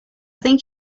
think